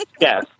Yes